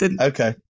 Okay